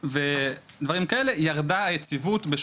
ובמחקרים שרשות הצעירים במשרד